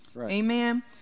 Amen